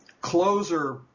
closer